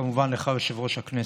וכמובן לך, יושב-ראש הכנסת.